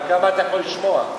כמה אתה יכול לשמוע?